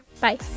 bye